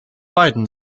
beiden